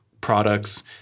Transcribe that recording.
Products